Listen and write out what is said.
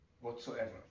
whatsoever